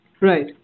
Right